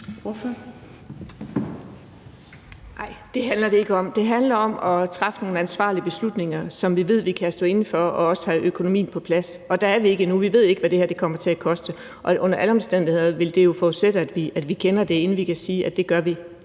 det handler det ikke om. Det handler om at træffe nogle ansvarlige beslutninger, som vi ved vi kan stå inde for, og også have økonomien på plads. Og der er vi ikke endnu. Vi ved ikke, hvad det her kommer til at koste. Og under alle omstændigheder vil det jo forudsætte, at vi kender det, inden vi kan sige, at vi gør